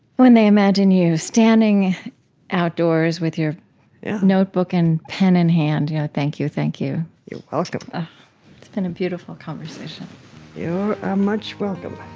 when they imagine you standing outdoors with your notebook and pen in hand, you know, thank you, thank you. you're welcome it's been a beautiful conversation you're ah much welcome.